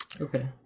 Okay